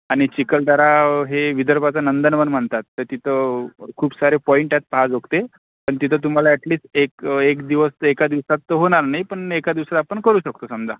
आणि चिखलदरा हे विदर्भाचं नंदनवन म्हणतात तर तिथं खूप सारे पॉईंट आहेत पहाजोगते पण तिथं तुम्हाला ॲटलिस्ट एक एक दिवस एका दिवसात तर होणार नाही पण एका दिवसात आपण करू शकतो समजा